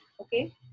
Okay